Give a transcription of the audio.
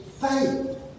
faith